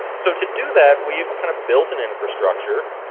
so to do that we've kind of built an infrastructure.